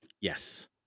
Yes